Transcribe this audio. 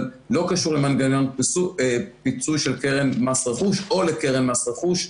אבל לא קשור למנגנון פיצוי של קרן מס רכוש או לקרן מס רכוש,